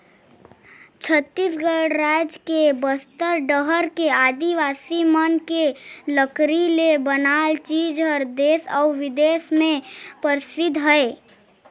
छत्तीसगढ़ रायज के बस्तर डहर के आदिवासी मन के लकरी ले बनाल चीज हर देस अउ बिदेस में परसिद्ध हे